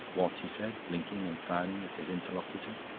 what? he said, blinking and frowning at his interlocutor.